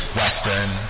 western